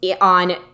on